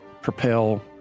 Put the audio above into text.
propel